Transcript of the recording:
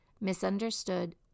misunderstood